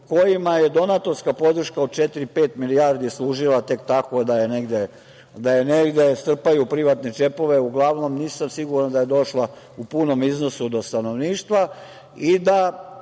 kojima je donatorska podrška od četiri, pet milijardi služila tek tako da je negde strpaju u privatne džepove, uglavnom nisam siguran da je došla u punom iznosu do stanovništva, i da